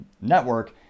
network